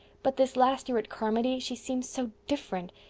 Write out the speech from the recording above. but this last year at carmody she seems so different.